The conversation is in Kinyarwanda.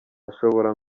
ashobora